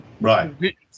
Right